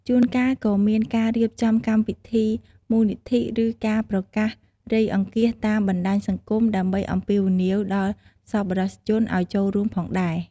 ជួនកាលក៏មានការរៀបចំកម្មវិធីមូលនិធិ ឬការប្រកាសរៃអង្គាសតាមបណ្ដាញសង្គម ដើម្បីអំពាវនាវដល់សប្បុរសជនឱ្យចូលរួមផងដែរ។